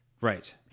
Right